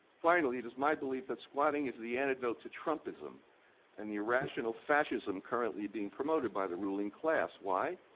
finally, it is my belief that squatting is the antidote to trumpism and the irrational fascism currently being promoted by the ruling class. why?